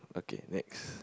okay next